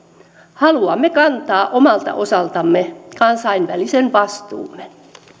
haluamme kantaa omalta osaltamme kansainvälisen vastuumme